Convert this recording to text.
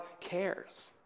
cares